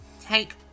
take